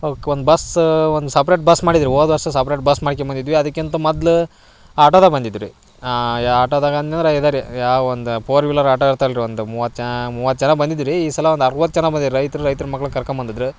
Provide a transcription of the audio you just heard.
ಅವಕ್ಕೆ ಒಂದು ಬಸ್ ಒಂದು ಸಪ್ರೇಟ್ ಬಸ್ ಮಾಡಿದ್ರು ಹೋದ ವರ್ಷ ಸಪ್ರೇಟ್ ಬಸ್ ಮಾಡ್ಕೊಂಡ್ಬಂದಿದ್ವಿ ಅದಕ್ಕಿಂತ ಮೊದ್ಲು ಆಟೋದಾಗ ಬಂದಿದ್ದು ರೀ ಯಾ ಆಟೋದಾಗ ಅನ್ಯಂದ್ರೆ ಇದೆ ರೀ ಯಾ ಒಂದು ಫೋರ್ ವಿಲ್ಲರ್ ಆಟೋ ಇರ್ತಲ್ಲ ರೀ ಒಂದು ಮೂವತ್ತು ಜನ ಮೂವತ್ತು ಜನ ಬಂದಿದ್ದು ರೀ ಈ ಸಲ ಒಂದು ಅರವತ್ತು ಜನ ಬಂದಿರ್ ರೈತ್ರು ರೈತ್ರ ಮಕ್ಳನ್ನ ಕರ್ಕೊಂಡ್ಬಂದಿದ್ರು